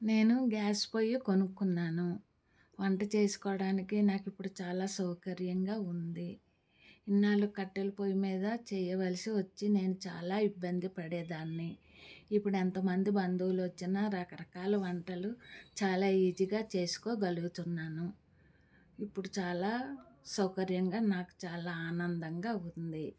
నేను గ్యాస్ పోయి కొనుక్కున్నాను వంట చేసుకోవడానికి నాకు ఇప్పుడు చాలా సౌకర్యంగా ఉంది ఇన్నాళ్లు కట్టెల పొయ్యి మీద చేయాల్సి వచ్చి నేను చాల ఇబ్బంది పడేదాన్ని ఇప్పుడు ఎంతమంది బంధువులు వచ్చినా రకరకాల వంటలు చాలా ఈజీగా చేసుకోగలుగుతున్నాను ఇప్పుడు చాలా సౌకర్యంగా నాకు చాలా ఆనందంగా ఉంది